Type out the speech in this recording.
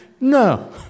No